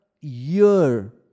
year